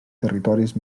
territoris